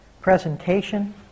presentation